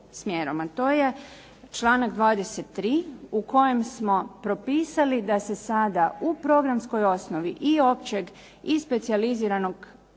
to je članak 23. u kojem smo propisali da se sada u programskoj osnovi i općeg i specijaliziranog